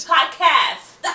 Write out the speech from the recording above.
Podcast